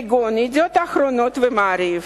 כגון "ידיעות אחרונות" ו"מעריב"